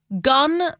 gun